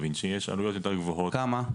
וינצ'י יש עלויות יותר גבוהות מאשר --- כמה?